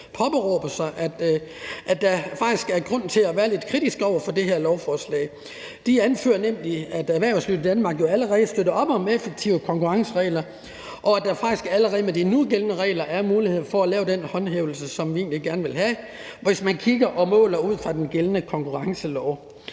jo netop siger, at der faktisk er grund til at være lidt kritisk over for det her lovforslag. De anfører nemlig, at erhvervslivet i Danmark jo allerede støtter op om effektive konkurrenceregler, og at der faktisk allerede med de gældende regler er mulighed for at lave den håndhævelse, som vi egentlig gerne vil have, hvis man kigger og måler ud fra den gældende konkurrencelov.